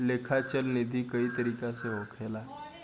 लेखा चल निधी कई तरीका के होखेला